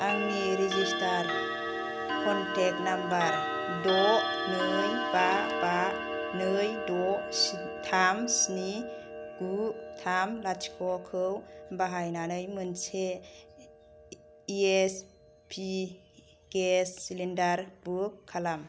आंनि registered contact number द' नै बा बा नै द' थाम स्नि गु थाम लाथिख' खौ बाहायनानै मोनसे एइचपि गेस सिलिन्दार बुक खालाम